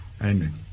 Amen